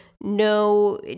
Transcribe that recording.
No